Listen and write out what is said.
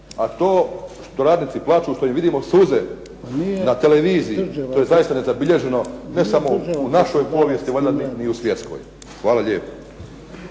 A to što radnici plaču, što im vidimo suze na televiziji, to je zaista nezabilježeno ne samo u našoj povijesti, valjda ni u svjetskoj. Hvala lijepo.